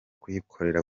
kuyikorera